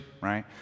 right